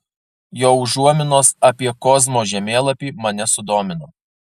jo užuominos apie kozmo žemėlapį mane sudomino